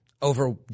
Over